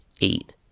Eight